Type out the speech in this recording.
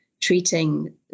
treating